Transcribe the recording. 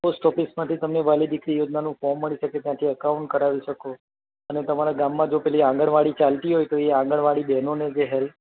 post ઓફિસમાંથી તમને વ્હાલી દીકરી યોજનાનું ફૉર્મ મળી શકે ત્યાંથી એકાઉન્ટ કઢાવી શકો અને તમારા ગામમાં જો પેલી આંગણવાડી ચાલતી હોય તો એ આંગણવાડી બેનોને જે હેલ્પ